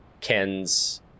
Ken's